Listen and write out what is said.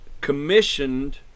commissioned